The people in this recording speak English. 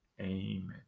Amen